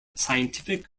scientific